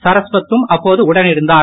சரஸ்வத் தும் அப்போது உடனிருந்தார்